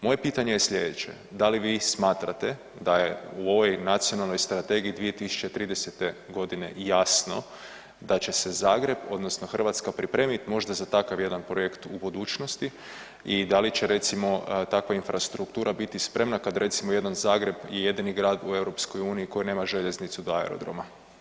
Moje pitanje je slijedeće, da li vi smatrate da je u ovoj nacionalnoj strategiji 2030. godine jasno da će se Zagreb odnosno Hrvatska pripremiti možda za takav jedan projekt u budućnosti i da li će recimo takva infrastruktura biti spremna kad recimo jedan Zagreb je jedini grad u EU koji nema željeznicu do aerodroma?